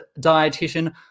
dietitian